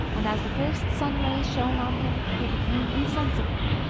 and as the first sun-ray shone on him he became insensible,